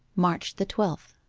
march the twelfth